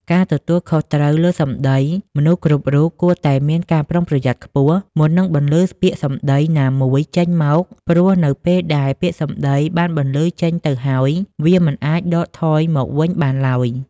ការទទួលខុសត្រូវលើសម្ដី: មនុស្សគ្រប់រូបគួរតែមាន ការប្រុងប្រយ័ត្នខ្ពស់ មុននឹងបន្លឺពាក្យសម្ដីណាមួយចេញមក ព្រោះនៅពេលដែលពាក្យសម្ដីបានបន្លឺចេញទៅហើយ វាមិនអាចដកថយមកវិញបានឡើយ។